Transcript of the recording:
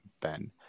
Ben